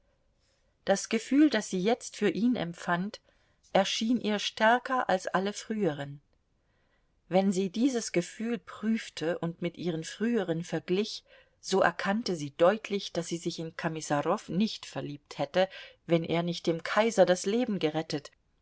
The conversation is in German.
das gefühl das sie jetzt für ihn empfand erschien ihr stärker als alle früheren wenn sie dieses gefühl prüfte und mit ihren früheren verglich so erkannte sie deutlich daß sie sich in komisarow nicht verliebt hätte wenn er nicht dem kaiser das leben gerettet